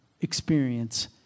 experience